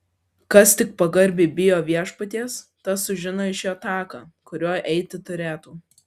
kas tik pagarbiai bijo viešpaties tas sužino iš jo taką kuriuo eiti turėtų